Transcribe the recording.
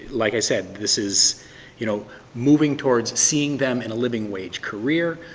like i said, this is you know moving towards seeing them in a living wage career,